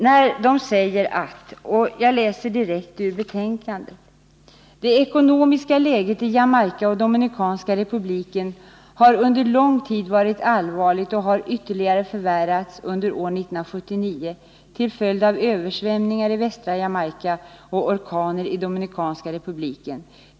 Utskottet säger — jag läser direkt ur betänkandet: ”Det ekonomiska läget i Jamaica och Dominikanska republiken har under lång tid varit allvarligt och har ytterligare förvärrats under år 1979 till följd av översvämningar i västra Jamaica och orkaner i Dominikanska republiken.